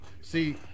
See